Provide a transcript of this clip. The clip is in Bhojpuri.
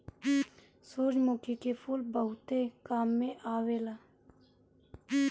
सूरजमुखी के फूल बहुते काम में आवेला